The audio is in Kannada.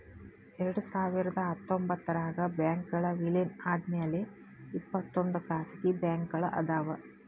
ಎರಡ್ಸಾವಿರದ ಹತ್ತೊಂಬತ್ತರಾಗ ಬ್ಯಾಂಕ್ಗಳ್ ವಿಲೇನ ಆದ್ಮ್ಯಾಲೆ ಇಪ್ಪತ್ತೊಂದ್ ಖಾಸಗಿ ಬ್ಯಾಂಕ್ಗಳ್ ಅದಾವ